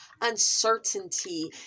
uncertainty